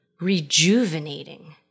rejuvenating